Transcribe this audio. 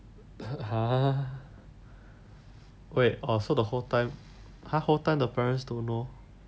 !huh! wait orh so the whole time the whole time the parents don't know